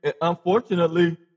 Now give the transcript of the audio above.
unfortunately